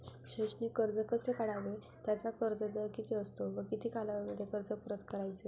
शैक्षणिक कर्ज कसे काढावे? त्याचा व्याजदर किती असतो व किती कालावधीमध्ये कर्ज परत करायचे?